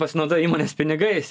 pasinaudojo įmonės pinigais